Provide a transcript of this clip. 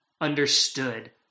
understood